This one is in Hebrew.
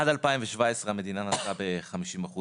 עד 2017 המדינה נשאה ב-50%